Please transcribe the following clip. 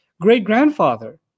great-grandfather